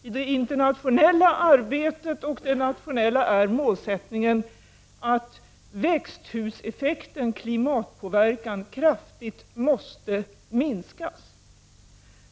I det internationella och det nationella arbetet är målsättningen att växthuseffekten, alltså klimatpåverkan, kraftigt måste minskas.